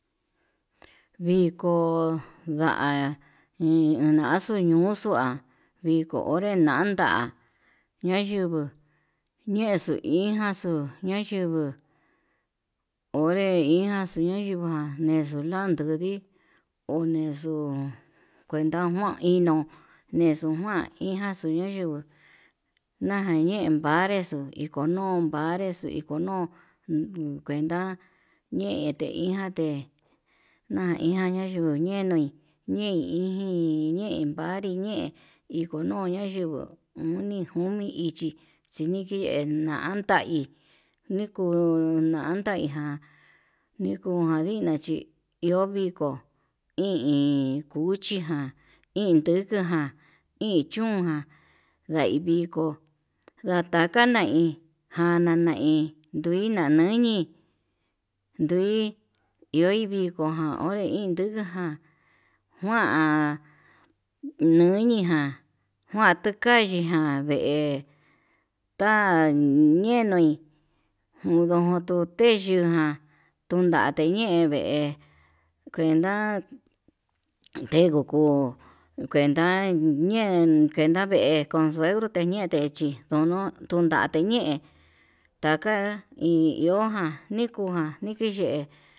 Viko nda'a uñaxu ñuxua viko onré nanda ñayungu ñexo inkaxu ñayenguu onré ianxu ñayungu ján nexuu landudi onexu kuenta nan tino'o, nexo nguan injaxu nayunguo nanñen vanrexu, iko no'o vanrexo no'o kuenta ñe'e teinjante ña'a inja tuu ñuu nenui ñein innji ñein vari ñein ikono nayunguu uni komi ichí, chi niyee nata hí nikuu nanda iin ján nikuu jandina chí iho viko hi iin cuchiján iin tukuján iin chún ján ndaiviko ndatakana iin janana hí kuina ñuñei ndui iho viko ján iindukuján, njuan ñuniján njuantukayi ján vee ta ñenui ondonto teyuu ján ndondate yee ve'e kuenta tengo ko'o kuenta ñe'e kuenta ñekon, suegro teñete chí ndonotundate ñe'e taka iin iho ján nikujan nikiye'e.